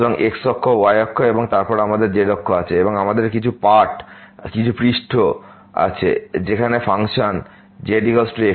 সুতরাং x অক্ষ y অক্ষ এবং তারপর আমাদের z অক্ষ আছে এবং আমাদের কিছু পৃষ্ঠ আছে যেখানে function z f x y